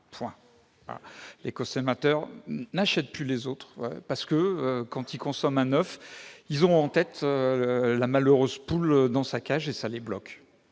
Les consommateurs n'achètent plus les autres parce que, quand ils consomment un oeuf, ils ont en tête la malheureuse poule dans sa cage, ce qui les bloque.